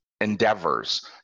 endeavors